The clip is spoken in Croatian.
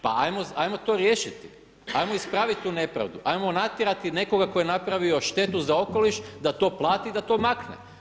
Pa 'ajmo to riješiti, 'ajmo ispraviti tu nepravdu, 'ajmo natjerati nekoga tko je napravio štetu za okoliš da to plati i da to makne.